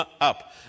up